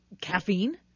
caffeine